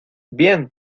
bien